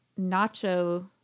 Nacho